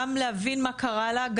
גם להבין מה קרה לה,